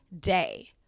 day